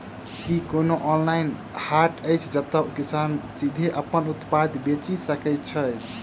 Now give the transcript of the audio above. की कोनो ऑनलाइन हाट अछि जतह किसान सीधे अप्पन उत्पाद बेचि सके छै?